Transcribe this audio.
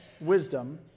wisdom